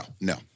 no